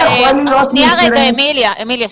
ח"כ זנדברג,